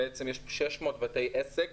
בישראל קיימים 600 בתי עסק